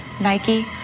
Nike